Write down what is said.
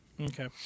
Okay